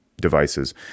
devices